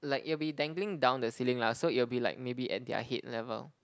like it'll be dangling down the ceiling lah so it'll be like maybe at their head level